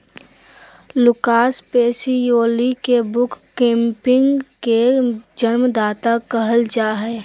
Lucas Pacioli के book keeping के जन्मदाता कहल जा हइ